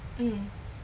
mm